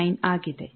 9 ಆಗಿದೆ